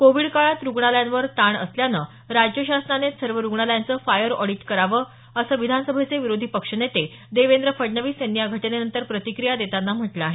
Covid काळात रुग्णालयांवर ताण असल्यानं राज्य शासनानेच सर्व रुग्णालयांचं फायर ऑडीट करावं असं विधानसभेचे विरोधी पक्षनेते देवेंद्र फडणवीस यांनी या घटनेनंतर प्रतिक्रिया देताना म्हटलं आहे